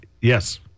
Yes